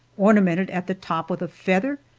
ornamented at the top with a feather,